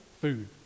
Food